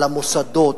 על המוסדות,